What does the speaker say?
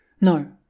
No